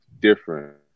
different